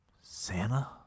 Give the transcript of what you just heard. Santa